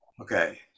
Okay